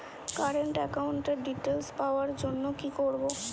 Current একাউন্টের details পাওয়ার জন্য কি করব?